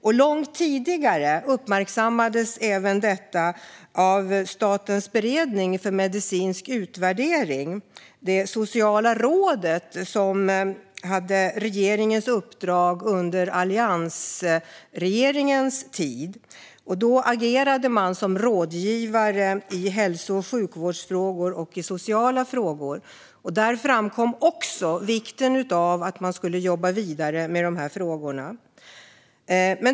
Det har även uppmärksammats långt tidigare av Statens beredning för medicinsk och social utvärdering, det sociala råd som hade regeringens uppdrag under alliansregeringens tid. Man agerade rådgivare i hälso och sjukvårdsfrågor och i sociala frågor, och även där framkom vikten av att jobba vidare med dessa frågor.